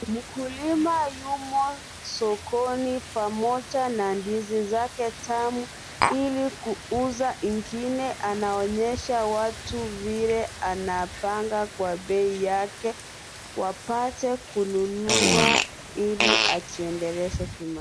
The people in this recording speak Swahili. Mkulima yumo sokoni pamoja na ndizi zake tamu, ili kuuza ingine anaonyesha watu vile anapanga kwa bei yake, wapate kununua ili ajiendeleze kimaisha.